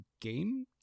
Game